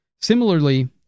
Similarly